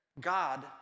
God